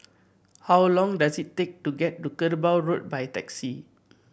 how long does it take to get to Kerbau Road by taxi